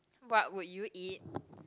what will you eat